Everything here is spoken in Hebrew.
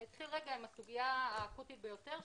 אתחיל עם הסוגיה האקוטית ביותר,